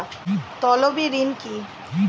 তলবি ঋন কি?